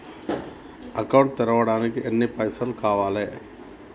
Account తెరవడానికి ఎన్ని పైసల్ కావాలే?